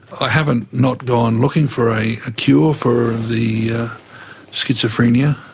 i haven't not gone looking for a ah cure for the schizophrenia.